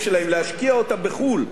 לפי חוק המסים שהיה פה,